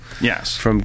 Yes